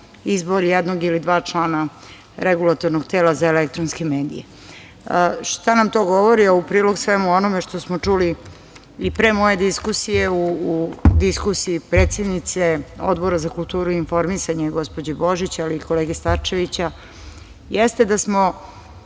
izbor jednog ili dva člana REM-a. Šta nam to govori? U prilog svemu onome što smo čuli i pre moje diskusije, u diskusiji predsednice Odbora za kulturu i informisanje, gospođe Božić, ali i kolege Starčevića, jeste da smo